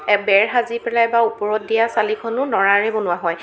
বেৰ সাজি পেলাই বা ওপৰত দিয়া চালিখনো নৰাৰে বনোৱা হয়